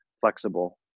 flexible